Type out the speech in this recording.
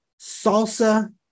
salsa